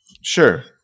Sure